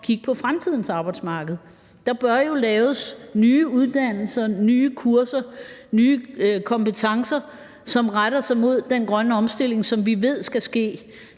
kigge på fremtidens arbejdsmarked. Der bør jo laves nye uddannelser, nye kurser, nye kompetencer, som retter sig imod den grønne omstilling, som vi ved skal ske.